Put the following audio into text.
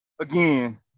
again